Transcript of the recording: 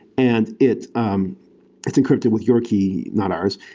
and it's um it's encrypted with your key, not ours.